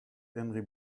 henry